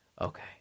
okay